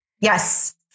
Yes